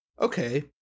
okay